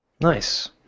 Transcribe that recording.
Nice